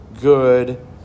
good